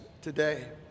today